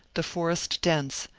the forest dense,